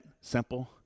simple